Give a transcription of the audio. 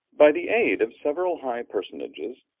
by the aid of several high personages,